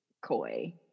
coy